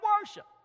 worship